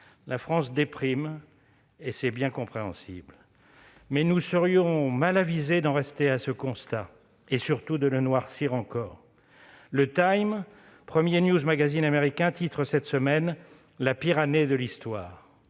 La France déprime, et c'est bien compréhensible, mais nous serions mal avisés d'en rester à ce constat, et surtout de le noircir encore. Le, premier magazine d'information américain, titre cette semaine :« La pire année de l'histoire ».